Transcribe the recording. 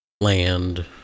land